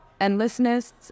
endlessness